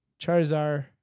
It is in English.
Charizard